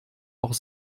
auch